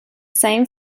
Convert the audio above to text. same